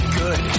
good